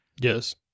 Yes